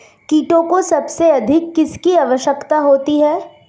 कीटों को सबसे अधिक किसकी आवश्यकता होती है?